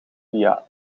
via